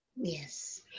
Yes